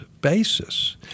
basis